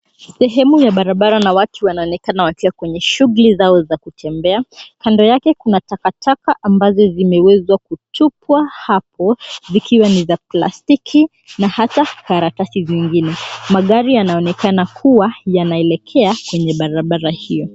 Sehemu ya barabara na watu wanaonekana wakiwa kwenye shughuli zao za kutembea. Kando yake kuna takataka ambazo zimeweza kutupwa hapo zikiwa ni za plastiki na hata karatasi zingine. Magari yanaonekana kuwa yanaelekea kwenye barabara hiyo.